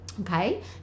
okay